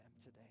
today